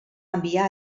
envià